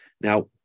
Now